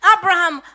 Abraham